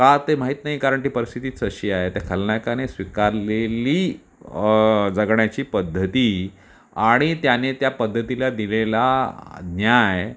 का ते माहीत नाही कारण ती परिस्थितीच अशी आहे त्या खलनायकानेच स्वीकारलेली जगण्याची पद्धती आणि त्याने त्या पध्दतीला दिलेला न्याय